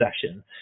session